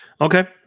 Okay